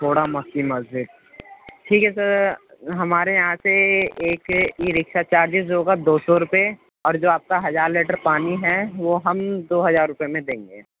کھوڑا مکی مسجد ٹھیک ہے سر ہمارے یہاں سے ایک ای رکشہ چارجز ہوگا دو سو روپے اور جو آپ کا ہزار لیٹر پانی ہے وہ ہم دو ہزار روپے میں دیں گے